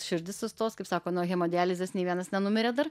širdis sustos kaip sako nuo hemodializės nė vienas nenumirė dar